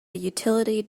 utility